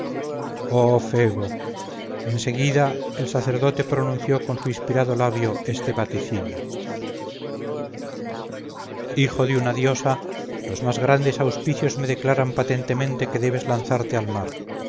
en seguida el sacerdote pronunció con su inspirado labio este vaticinio hijo de una diosa los más grandes auspicios me declaran patentemente que debes lanzarte al mar